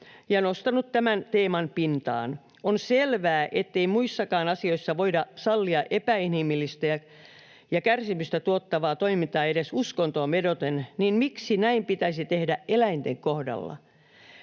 ja nostanut tämän teeman pintaan. On selvää, ettei muissakaan asioissa voida sallia epäinhimillistä ja kärsimystä tuottavaa toimintaa edes uskontoon vedoten, niin miksi näin pitäisi tehdä eläinten kohdalla?